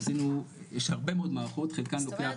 יש הרבה מאוד מערכות חלקן גם -- זאת אומרת